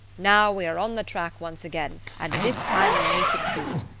now we are on the track once again, and this time we may succeed.